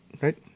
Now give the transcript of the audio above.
Right